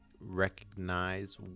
recognize